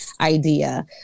idea